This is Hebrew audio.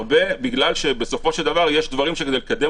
הרבה בגלל שבסופו של דבר יש דברים שכדי לקדם